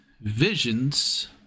visions